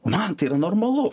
man tai yra normalu